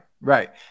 right